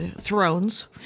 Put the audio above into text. thrones